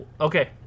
Okay